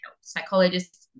psychologists